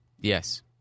Yes